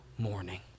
morning